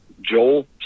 Joel